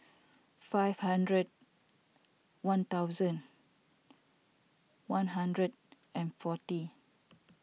five hundred one thousand one hundred and forty